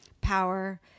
power